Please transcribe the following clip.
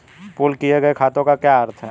Pool किए गए खातों का क्या अर्थ है?